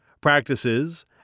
practices